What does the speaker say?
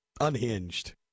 unhinged